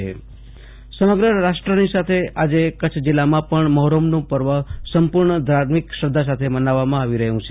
આસુતોષ અંતાણી કરછ મહીર સમગ્ર રાષ્ટ્રની સાથે કરછ જીલ્લામાં પણ મહોરમનું પર્વ સંપૂર્ણ ધાર્મિક શ્રદ્ધા સાથે મનાવામાં આવી રહી છે